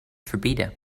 verbieden